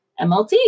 MLT